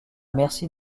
merci